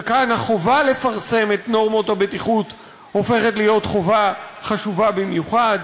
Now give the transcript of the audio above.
וכאן החובה לפרסם את נורמות הבטיחות הופכת להיות חובה חשובה במיוחד,